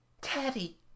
Teddy